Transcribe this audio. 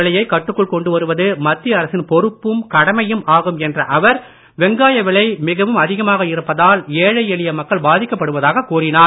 விலையைக் கட்டுக்குள் கொண்டுவருவது மத்திய அரசின் பொறுப்பும் கடமையும் ஆகும் என்ற அவர் வெங்காய விலை மிகவும் அதிகமாக இருப்பதால் ஏழை எளிய மக்கள் பாதிக்கப்படுவதாகக் கூறினார்